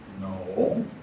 No